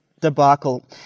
debacle